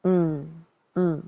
mm mm